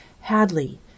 Hadley